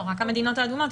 רק המדינות האדומות.